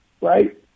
Right